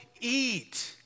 eat